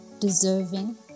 deserving